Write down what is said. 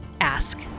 ask